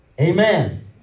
Amen